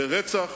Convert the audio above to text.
ברצח